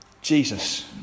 Jesus